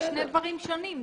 אלה שני דברים שונים,